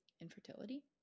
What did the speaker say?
Infertility